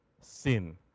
sin